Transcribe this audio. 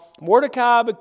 Mordecai